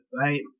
right